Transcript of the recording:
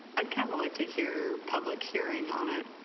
um kind of like to hear public hearing on it,